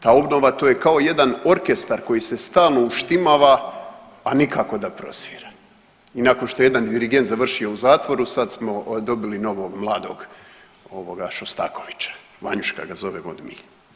Ta obnova to je kao jedan orkestar koji se stalno uštimava, a nikako da prosvira i nakon što je jedan dirigent završio u zatvoru sad smo dobili novog mladog Šostakoviča, Vanjuška ga zovem od milja.